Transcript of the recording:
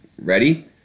ready